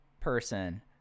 person